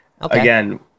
again